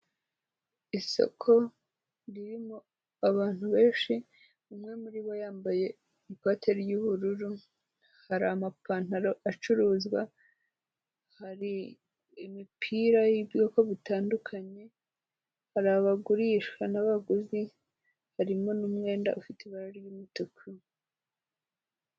Isoko ririmo abantu benshi, umwe muri bo yambaye ikote ry'ubururu, hari amapantaro acuruzwa, hari imipira y'ubwoko butandukanye, hari abagurisha n'abaguzi, harimo n'umwenda ufite ibara ry'umutuku.